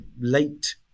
late